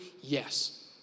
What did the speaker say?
Yes